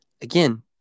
Again